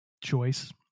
choice